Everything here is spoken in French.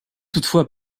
toutefois